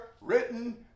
written